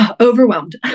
Overwhelmed